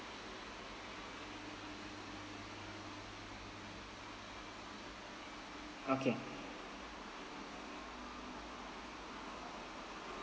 okay